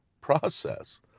process